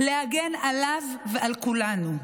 להגן עליו ועל כולנו.